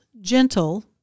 gentle